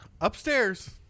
upstairs